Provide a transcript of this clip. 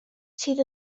sydd